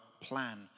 plan